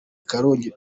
karongi